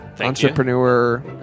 entrepreneur